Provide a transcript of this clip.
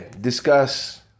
discuss